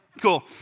Cool